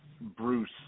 Bruce